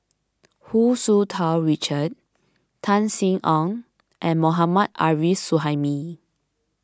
Hu Tsu Tau Richard Tan Sin Aun and Mohammad Arif Suhaimi